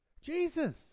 Jesus